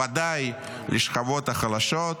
בוודאי לשכבות החלשות,